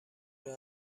راه